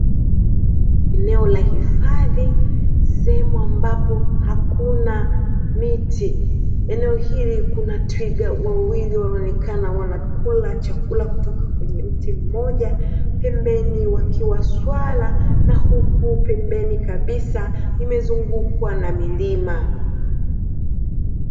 Eneo la hifadhi, sehemu ambapo hakuna miti. Eneo hili kuna twiga wawili wanaonekana wanakula chakula kutoka kwenye mti mmoja, pembeni wakiwa swala na huku pembeni kabisa imezungukwa na milima.